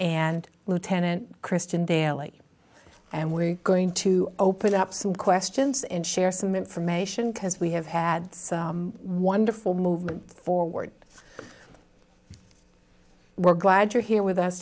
and lieutenant christian dailly and we're going to open up some questions and share some information because we have had wonderful movement forward we're glad you're here with us